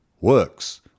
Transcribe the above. works